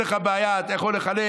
אין לך בעיה, אתה יכול לחלק,